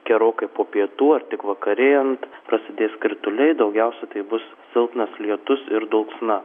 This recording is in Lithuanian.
gerokai po pietų ar tik vakarėjant prasidės krituliai daugiausia tai bus silpnas lietus ir dulksna